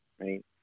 right